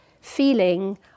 feeling